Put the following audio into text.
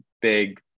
big